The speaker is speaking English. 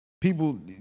people